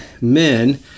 men